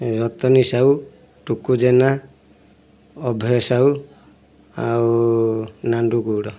ରତନୀ ସାହୁ ଟୁକୁ ଜେନା ଅଭୟ ସାହୁ ଆଉ ନାଣ୍ଡୁ ଗୌଡ଼